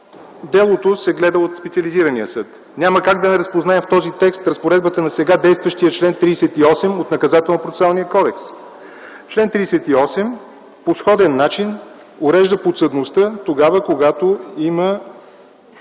делото се гледа от специализирания съд. Няма как да не разпознаем в този текст разпоредбата на сега действащия чл. 38 от Наказателно-процесуалния кодекс. Член 38 по сходен начин урежда подсъдността тогава, когато има